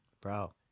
bro